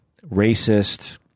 racist